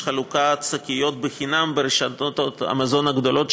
חלוקת שקיות חינם ברשתות המזון הגדולות,